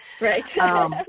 Right